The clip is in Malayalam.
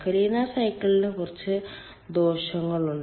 കലിന സൈക്കിളിന് കുറച്ച് ദോഷങ്ങളുമുണ്ട്